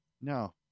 No